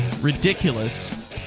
ridiculous